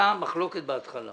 היתה מחלוקת בהתחלה